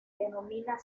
denomina